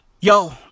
yo